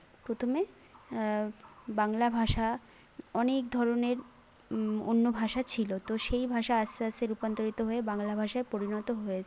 প্রথমে বাংলা ভাষা অনেক ধরণের অন্য ভাষা ছিলো তো সেই ভাষা আস্তে আস্তে রূপান্তরিত হয়ে বাংলা ভাষায় পরিণত হয়েছে